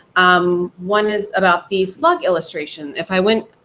um one is about the slug illustration. if i went